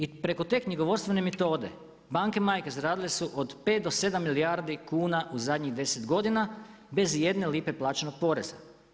I preko te knjigovodstvene metode banke majke zaradile su od 5 do 7 milijardi kuna u zadnjih 10 godina bez ijedne lipe plaćenog poreza.